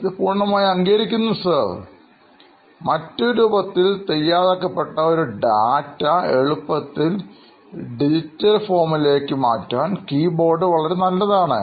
ഇത് പൂർണ്ണമായും അംഗീകരിക്കുന്നു സർ മറ്റൊരു രൂപത്തിൽ തയ്യാറാക്കപ്പെട്ട ഒരു ഡാറ്റ എളുപ്പത്തിൽ ഡിജിറ്റൽ ഫോമിലേക്ക് മാറ്റാൻ കീബോർഡ് വളരെ നല്ലതാണ്